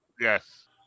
Yes